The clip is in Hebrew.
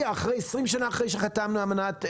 20 שנה אחרי שחתמנו על אמנת שטוקהולם.